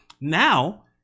Now